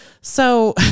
So-